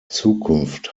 zukunft